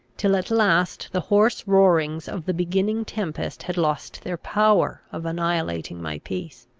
till at last the hoarse roarings of the beginning tempest had lost their power of annihilating my peace.